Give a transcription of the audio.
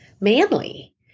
manly